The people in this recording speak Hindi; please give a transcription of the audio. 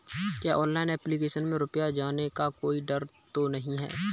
क्या ऑनलाइन एप्लीकेशन में रुपया जाने का कोई डर तो नही है?